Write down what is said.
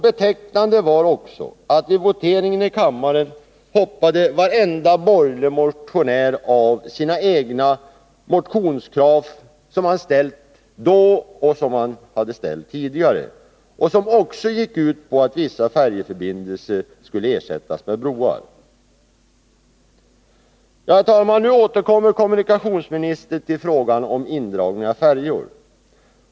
Betecknande var också att vid voteringen i kammaren hoppade varenda borgerlig motionär av sina egna motionskrav, som man ställt då och tidigare, och som också gick ut på att vissa färjeförbindelser skulle ersättas med broar. Herr talman! Nu återkommer kommunikationsministern till frågan om indragning av färjor.